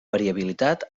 variabilitat